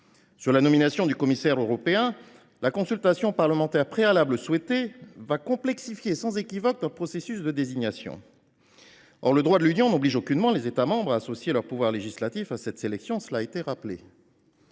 la nomination du commissaire européen, la consultation parlementaire préalable qui est souhaitée complexifiera sans équivoque notre processus de désignation. Or le droit de l’Union n’oblige aucunement les États membres à associer leur pouvoir législatif à cette sélection – cela a été rappelé.